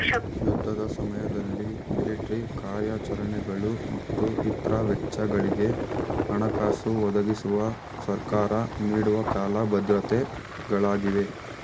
ಯುದ್ಧದ ಸಮಯದಲ್ಲಿ ಮಿಲಿಟ್ರಿ ಕಾರ್ಯಾಚರಣೆಗಳು ಮತ್ತು ಇತ್ರ ವೆಚ್ಚಗಳಿಗೆ ಹಣಕಾಸು ಒದಗಿಸುವ ಸರ್ಕಾರ ನೀಡುವ ಕಾಲ ಭದ್ರತೆ ಗಳಾಗಿವೆ